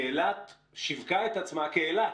שאילת שיווקה את עצמה כאילת